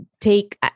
take